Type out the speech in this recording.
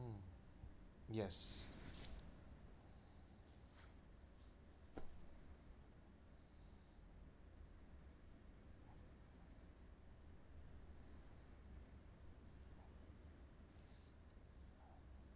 yes